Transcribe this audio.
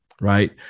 Right